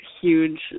huge